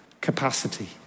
capacity